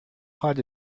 hot